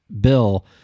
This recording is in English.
Bill